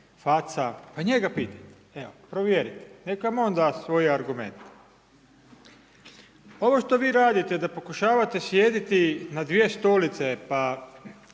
faca pa njega pitajte, evo provjerite, neka on da svoj argument. Ovo što vi radite da pokušavate sjediti na dvije stolice pa